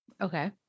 Okay